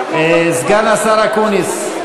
סגן השר אקוניס,